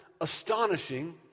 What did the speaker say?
astonishing